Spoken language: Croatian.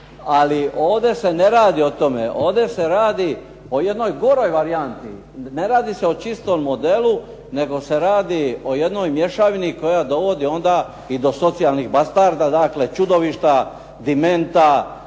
Ali ovdje se ne radi o tome, ovdje se radi o jednoj goroj varijanti. Ne radi se o čistom modelu, nego se radi o jednoj mješavini koja dovodi onda i do socijalnih bastarda, dakle čudovišta, dimenta,